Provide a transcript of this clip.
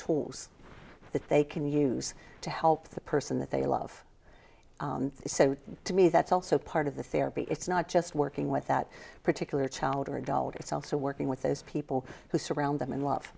tools that they can use to help the person that they love so to me that's also part of the therapy it's not just working with that particular child or adult it's also working with those people who surround them and